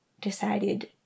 decided